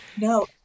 No